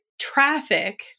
traffic